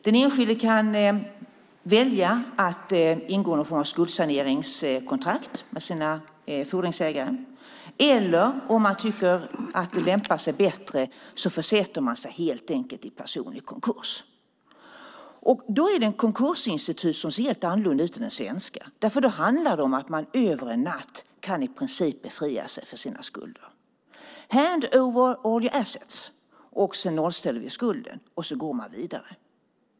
Den enskilde kan välja att ingå en form av skuldsaneringskontrakt med sina fordringsägare eller också kan man, om man tycker att det lämpar sig bättre, helt enkelt försätta sig i personlig konkurs. Det är ett konkursinstitut som ser helt annorlunda ut än det svenska. Man kan över en natt i princip befria sig från sina skulder. Hand over all your assets, sedan avskrivs skulden och man går vidare.